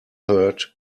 third